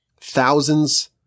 Thousands